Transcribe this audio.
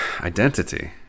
Identity